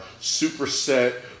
Superset